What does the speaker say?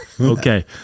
Okay